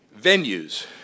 venues